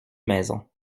maisons